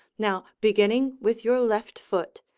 now beginning with your left foot,